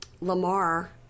Lamar